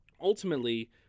Ultimately